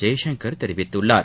ஜெய்சங்கர் தெரிவித்துள்ளார்